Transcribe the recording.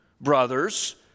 brothers